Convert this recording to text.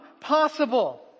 possible